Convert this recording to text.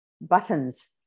buttons